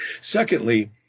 Secondly